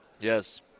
Yes